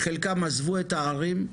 חלקם עזבו את הערים,